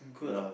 could ah